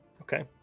Okay